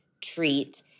treat